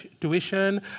tuition